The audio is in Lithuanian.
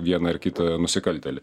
vieną ar kitą nusikaltėlį